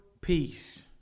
peace